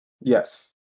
Yes